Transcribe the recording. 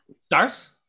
Stars